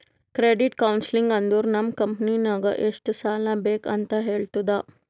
credit counselling ಅಂದುರ್ ನಮ್ ಕಂಪನಿಗ್ ಎಷ್ಟ ಸಾಲಾ ಬೇಕ್ ಅಂತ್ ಹೇಳ್ತುದ